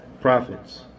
prophets